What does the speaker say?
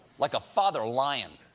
like a father lion,